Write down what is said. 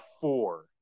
four